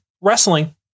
Wrestling